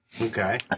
Okay